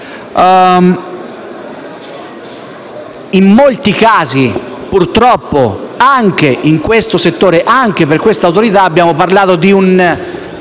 In molti casi, purtroppo, anche in questo settore e anche per questa Autorità abbiamo parlato di un